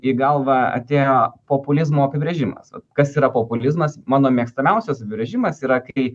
į galvą atėjo populizmo apibrėžimas kas yra populizmas mano mėgstamiausias apibrėžimas yra kai